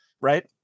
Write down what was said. Right